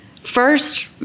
First